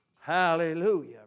Hallelujah